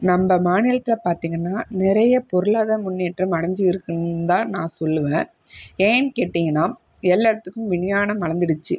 நம்ம மாநிலத்தில் பார்த்திங்கன்னா நிறைய பொருளாதார முன்னேற்றம் அடைஞ்சி இருக்குன்னுதான் நான் சொல்லுவேன் ஏன் கேட்டிங்கன்னா எல்லாத்துக்கும் விஞ்ஞானம் வளர்ந்துடுச்சி